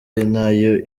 nayo